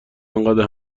آنقدر